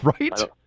right